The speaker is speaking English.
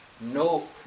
No